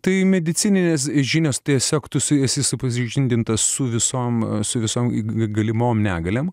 tai medicininės žinios tiesiog tu su esi supažindintas su visom su visom galimom negaliom